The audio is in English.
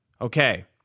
Okay